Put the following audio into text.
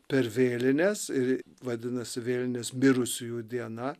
per vėlines ir vadinasi vėlinės mirusiųjų diena